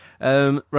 Right